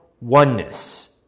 oneness